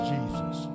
Jesus